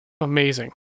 amazing